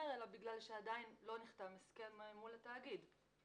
אלא בגלל שעדיין לא נחתם הסכם מול התאגיד.